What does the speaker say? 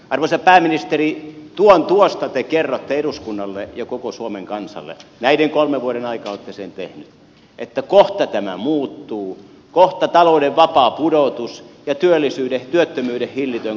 arvoisa pääministeri tuon tuosta te kerrotte eduskunnalle ja koko suomen kansalle näiden kolmen vuoden aikaan olette sen tehnyt että kohta tämä muuttuu kohta talouden vapaa pudotus ja työttömyyden hillitön kasvu taittuvat